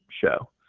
show